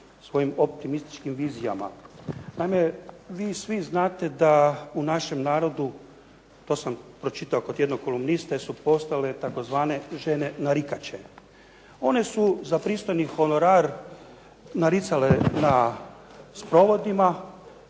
svojim optimističkim vizijama. Naime, vi svi znate da u našem narodu, to sam pročitao kod jednog kolumniste su postojale tzv. žene narikače. One su za pristojni honorar naricale na sprovodima.